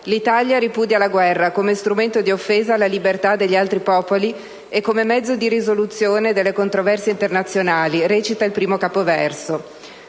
«L'Italia ripudia la guerra come strumento di offesa alla libertà degli altri popoli e come mezzo di risoluzione delle controversie internazionali;», recita il primo periodo.